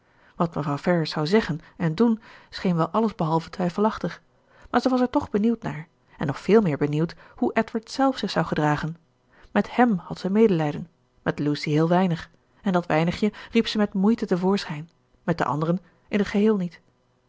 wat mevrouw ferrars zou zeggen en doen scheen wel allesbehalve twijfelachtig maar zij was er toch benieuwd naar en nog veel meer benieuwd hoe edward zelf zich zou gedragen met hèm had zij medelijden met lucy heel weinig en dat weinigje riep ze met moeite te voorschijn met de anderen in t geheel niet